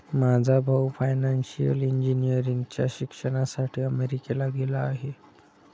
माझा भाऊ फायनान्शियल इंजिनिअरिंगच्या शिक्षणासाठी अमेरिकेला गेला आहे